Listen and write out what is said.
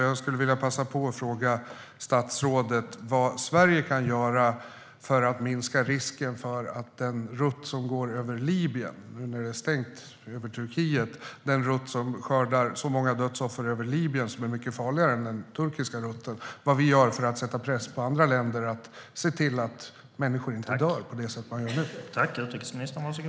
Jag skulle vilja passa på att fråga statsrådet vad Sverige kan göra för att minska risken med den rutt som går över Libyen - nu när det är stängt över Turkiet - och som skördar så många dödsoffer och som är mycket farligare än den turkiska rutten och vad vi gör för att sätta press på andra länder att se till att människor inte dör på det sätt som de gör nu.